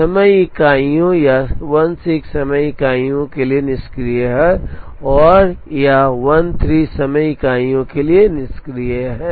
समय इकाइयों यह 16 समय इकाइयों के लिए निष्क्रिय है और यह 13 समय इकाइयों के लिए निष्क्रिय है